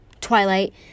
Twilight